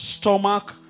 stomach